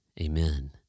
Amen